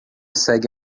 segue